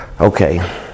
Okay